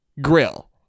Grill